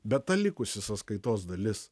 bet ta likusi sąskaitos dalis